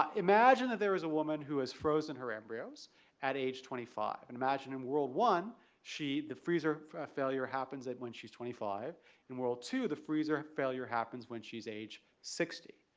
ah imagine that there is a woman who has frozen her embryos at age twenty five and imagine in world one she the freezer failure happens that when she's twenty five in world two the freezer failure happens when she's age sixty.